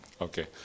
Okay